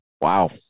Wow